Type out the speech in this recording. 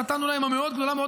יש 1% זה הרבה מאוד אנשים,